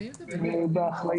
באחריות,